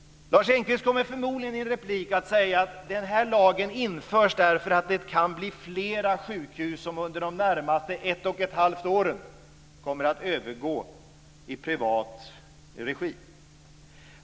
Lars Engqvist kommer förmodligen att i en replik säga att lagen införs därför att det kan bli flera sjukhus som under de närmaste ett och ett halvt åren kommer att övergå i privat regi.